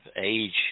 age